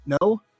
No